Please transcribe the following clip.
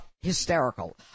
hysterical